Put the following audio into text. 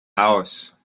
house